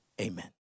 amen